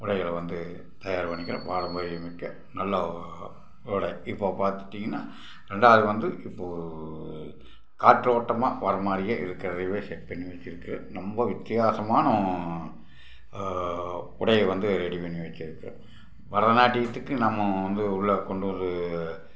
உடைகள் வந்து தயார் பண்ணிக்குறோம் பாரம்பரியமிக்க நல்ல உடை இப்போது பார்த்துட்டிங்கனா ரெண்டாவது வந்து இப்போது காற்றோட்டமாக வரமாதிரியே இருக்கிறதைவே செட் பண்ணி வச்சிருக்கு நம்ம வித்தியாசமான உடையை வந்து ரெடி பண்ணி வச்சிருக்குது பரத நாட்டியத்துக்கு நம்ம வந்து உள்ளே கொண்டு ஒரு